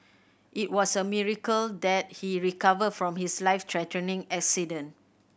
it was a miracle that he recovered from his life threatening accident